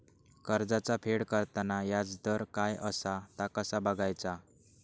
कर्जाचा फेड करताना याजदर काय असा ता कसा बगायचा?